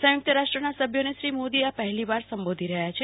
સંયુક્ત રાષ્ટ્રના સભ્યોને શ્રી મોદી આ પહેલીવાર સંબોધી રહ્યા છે